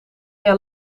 jij